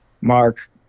mark